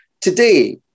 today